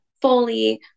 fully